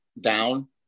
down